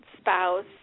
spouse